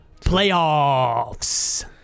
Playoffs